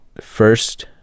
first